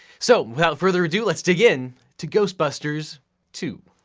so without further ado, let's dig in to ghostbusters two.